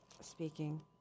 speaking